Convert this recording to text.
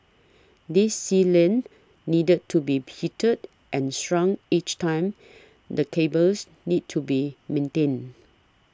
this sealant needed to be heated and shrunk each time the cables need to be maintained